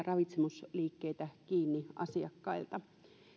ravitsemusliikkeitä kiinni asiakkailta